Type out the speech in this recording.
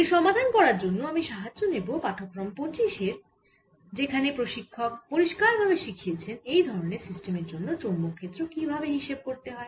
এর সমাধান করার জন্য আমি সাহায্য নেব পাঠক্রম 25 এর যেখানে প্রশিক্ষক পরিষ্কার ভাবে শিখিয়েছেন এই ধরণের সিস্টেমের জন্য চৌম্বক ক্ষেত্র কি ভাবে হিসেব করতে হয়